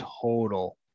total